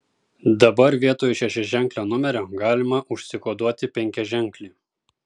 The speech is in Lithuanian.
dabar vietoj šešiaženklio numerio galima užsikoduoti penkiaženklį